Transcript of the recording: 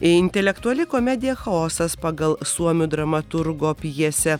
intelektuali komedija chaosas pagal suomių dramaturgo pjesę